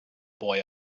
boy